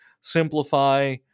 simplify